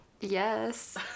Yes